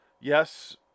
Yes